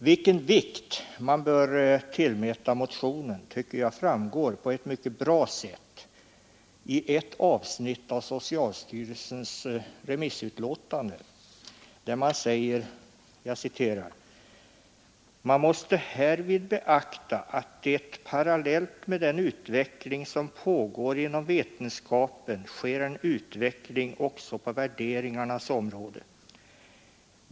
Vilken vikt man bör tillmäta motionen tycker jag framgår på ett mycket bra sätt i ett avsnitt av socialstyrelsens remissyttrande, där det heter: ”Man måste härvid beakta att det parallellt med den utveckling som pågår inom vetenskapen sker en utveckling också på värderingarnas område.